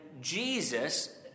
Jesus